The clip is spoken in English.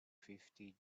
fifty